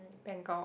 Bangkok